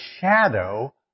shadow